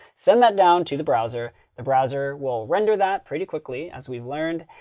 send that down to the browser. the browser will render that pretty quickly, as we've learned.